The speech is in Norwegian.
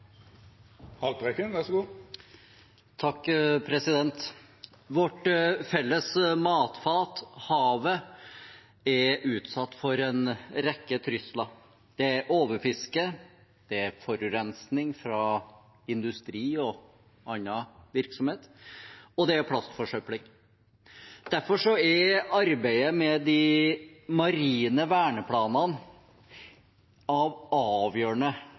utsatt for en rekke trusler. Det er overfiske, forurensing fra industri og annen virksomhet og plastforsøpling. Derfor er arbeidet med de marine verneplanene av avgjørende